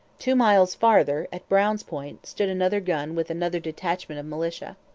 two miles farther, at brown's point, stood another gun with another detachment of militia.